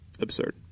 absurd